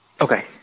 Okay